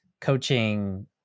coaching